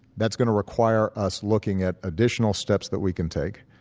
that's going to require us looking at additional steps that we can take.